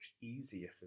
easier